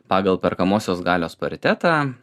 pagal perkamosios galios paritetą